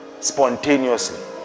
spontaneously